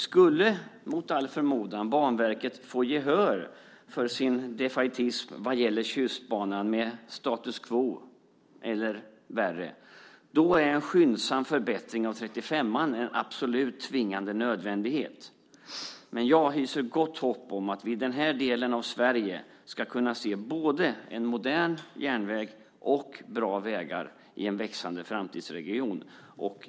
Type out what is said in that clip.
Skulle mot all förmodan Banverket få gehör för sin defaitism vad gäller Tjustbanan med status quo eller värre är en skyndsam förbättring av väg 35 en absolut tvingande nödvändighet. Men jag hyser gott hopp om att vi i den här delen av Sverige ska kunna se både en modern järnväg och bra vägar i en växande framtidsregion.